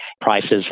prices